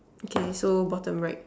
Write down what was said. okay so bottom right